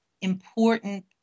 important